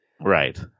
Right